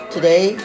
Today